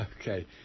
Okay